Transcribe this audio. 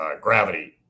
gravity